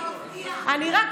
היושב-ראש.